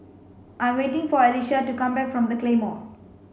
I'm waiting for Alecia to come back from the Claymore